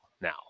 now